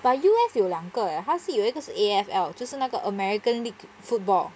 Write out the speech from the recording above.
but U_S 有两个 eh 是有一个是 A_F_L 就是那个 american league football